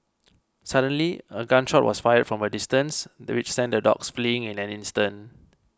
suddenly a gun shot was fired from a distance which sent the dogs fleeing in an instant